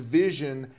vision